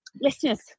Listeners